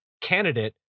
candidate